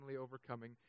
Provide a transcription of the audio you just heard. overcoming